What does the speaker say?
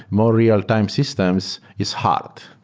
more real-time systems is hard.